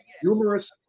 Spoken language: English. humorous